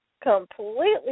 completely